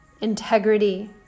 integrity